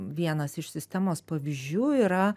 vienas iš sistemos pavyzdžių yra